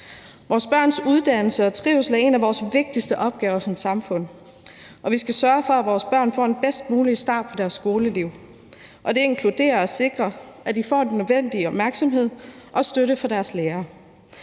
Vores børns uddannelse og trivsel er en af vores vigtigste opgaver som samfund, og vi skal sørge for, at vores børn får den bedst mulige start på deres skoleliv, og det inkluderer at sikre, at de får den nødvendige opmærksomhed og støtte fra deres lærere.